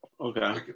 Okay